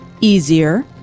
easier